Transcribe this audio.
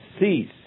cease